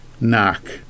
knock